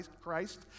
Christ